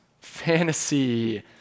fantasy